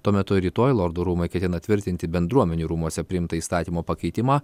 tuo metu rytoj lordų rūmai ketina tvirtinti bendruomenių rūmuose priimtą įstatymo pakeitimą